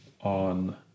on